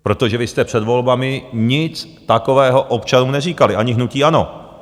Protože vy jste před volbami nic takového občanům neříkali, ani hnutí ANO.